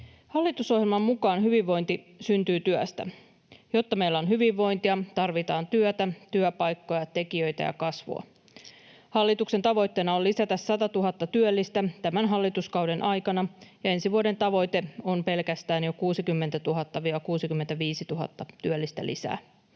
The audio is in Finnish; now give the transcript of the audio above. Hallitusohjelman mukaan hyvinvointi syntyy työstä. Jotta meillä on hyvinvointia, tarvitaan työtä, työpaikkoja, tekijöitä ja kasvua. Hallituksen tavoitteena on lisätä satatuhatta työllistä tämän hallituskauden aikana, ja ensi vuoden tavoite on pelkästään jo 60 000—65 000 työllistä lisää.